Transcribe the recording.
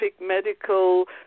medical